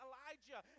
Elijah